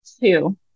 Two